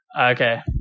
Okay